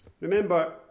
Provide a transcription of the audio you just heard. Remember